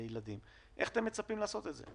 אני גורם שמבצע את ההנחיות של משרד הבריאות,